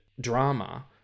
drama